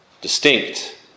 distinct